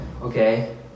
okay